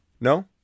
No